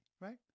right